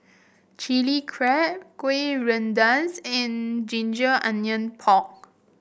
Chili Crab kueh rendas and ginger onion pork